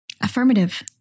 Affirmative